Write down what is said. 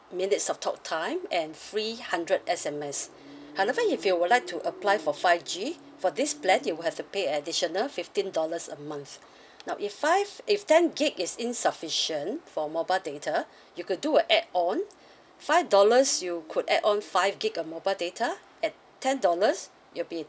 minutes of talk time and three hundred S_M_S however if you would like to apply for five G for this plan you would have to pay additional fifteen dollars a month now if five if ten gig is insufficient for mobile data you could do a add on five dollars you could add on five gig of mobile data at ten dollars it'll be